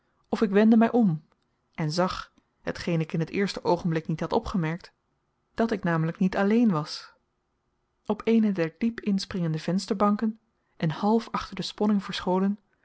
of ik wendde mij om en zag hetgeen ik in het eerste oogenblik niet had opgemerkt dat ik namelijk niet alleen was op eene der diep inspringende vensterbanken en half achter de sponning verscholen